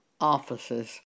offices